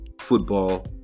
football